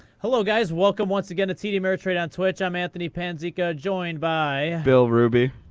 hello, guys. welcome once again to td ameritrade on twitch. i'm anthony panzeca joined by bill ruby.